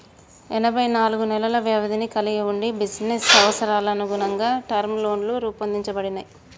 ఎనబై నాలుగు నెలల వ్యవధిని కలిగి వుండి బిజినెస్ అవసరాలకనుగుణంగా టర్మ్ లోన్లు రూపొందించబడినయ్